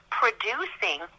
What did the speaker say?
producing